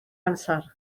amser